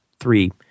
three